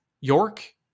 York